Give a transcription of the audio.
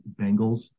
Bengals